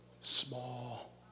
small